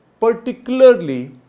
particularly